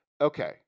Okay